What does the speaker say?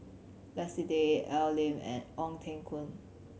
Leslie Tay Al Lim and Ong Teng Koon